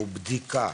או בדיקה,